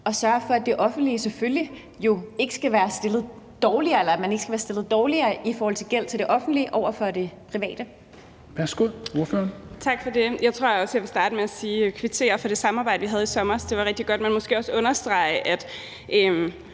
og sørger for, at man jo selvfølgelig ikke skal være stillet dårligere i forhold til gæld til det offentlige over for det private?